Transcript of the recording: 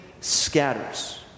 scatters